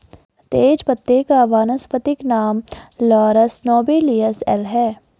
तेजपत्ता का वानस्पतिक नाम लॉरस नोबिलिस एल है